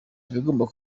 ibigomba